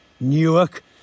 Newark